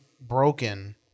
broken